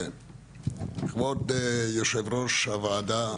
כבוד יושב ראש הוועדה,